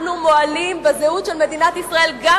אנחנו מועלים בזהות של מדינת ישראל גם